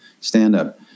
stand-up